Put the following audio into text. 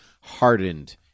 hardened